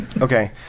Okay